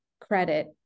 credit